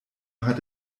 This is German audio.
hat